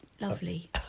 lovely